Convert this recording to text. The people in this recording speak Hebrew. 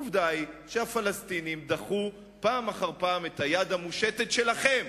העובדה היא שהפלסטינים דחו פעם אחר פעם את היד המושטת שלכם,